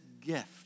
gift